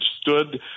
stood